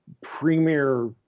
premier